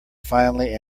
finally